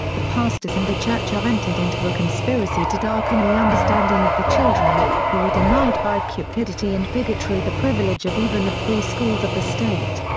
the pastors and the church have entered into a conspiracy to darken the understanding of the children, who are denied by cupidity and bigotry the privilege of even the free schools of the state.